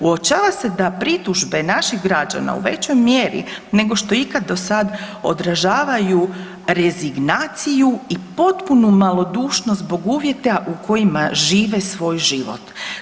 Uočava se da pritužbe naših građana u većoj mjeri nego što je ikad do sad odražavaju rezignaciju i potpunu malodušnost zbog uvjeta u kojima žive svoj život.